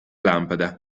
lampada